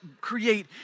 create